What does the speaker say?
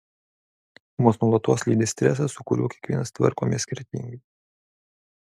mus nuolatos lydi stresas su kuriuo kiekvienas tvarkomės skirtingai